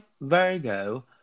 Virgo